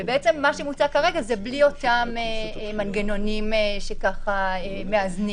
ובעצם מה שמוצע כרגע זה בלי אותם מנגנונים שככה מאזנים.